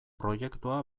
proiektua